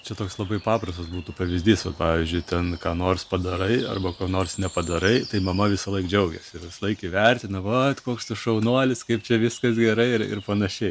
čia toks labai paprastas būtų pavyzdys vat pavyzdžiui ten ką nors padarai ar ko nors nepadarai tai mama visąlaik džiaugiasi visąlaik įvertinama va koks tu šaunuolis kaip čia viskas gerai ir ir panašiai